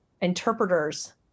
interpreters